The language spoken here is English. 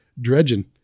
dredging